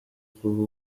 kuva